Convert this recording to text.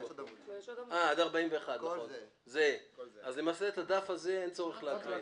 41. למעשה את הדף הזה אין צורך להקריא.